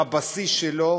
בבסיס שלו,